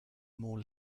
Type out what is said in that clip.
more